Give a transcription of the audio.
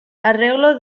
arreglo